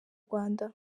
rwanda